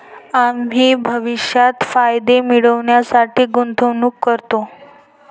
आम्ही भविष्यात फायदे मिळविण्यासाठी गुंतवणूक करतो